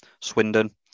Swindon